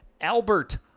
Albert